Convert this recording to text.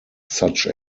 such